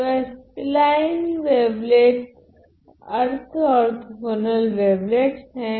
तो spline wavelets अर्द्ध orthogonal wavelets हैं